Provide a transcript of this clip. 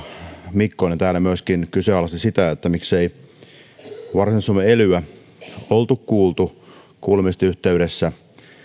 mikkonen täällä kyseenalaisti sitä miksei varsinais suomen elyä oltu kuultu kuulemisten yhteydessä